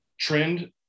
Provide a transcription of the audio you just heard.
trend